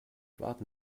warten